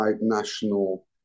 national